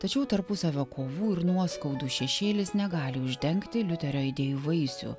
tačiau tarpusavio kovų ir nuoskaudų šešėlis negali uždengti liuterio idėjų vaisių